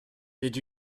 did